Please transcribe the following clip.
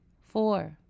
four